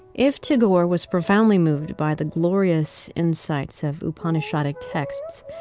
if tagore was profoundly moved by the glorious insights of upanishadic texts,